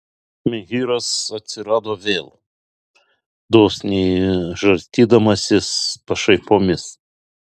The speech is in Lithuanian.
menhyras atsirado vėl dosniai žarstydamasis pašaipomis